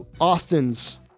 Austin's